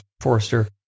Forrester